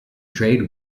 trade